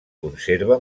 conserva